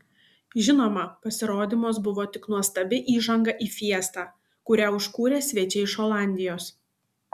žinoma pasirodymas buvo tik nuostabi įžanga į fiestą kurią užkūrė svečiai iš olandijos